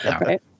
right